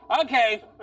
Okay